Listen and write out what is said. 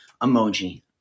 emoji